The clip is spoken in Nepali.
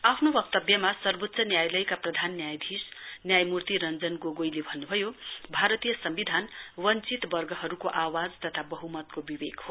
आफ्नो वक्तव्यमा सर्वोच्च न्यायालयका प्रधान न्यायाधीश न्यायमूर्ति रंजन गोगोईले भन्न्भयो भारतीय सम्विधान वञ्चित वर्गहरुको आवाज तथा वह्मतको विवेक हो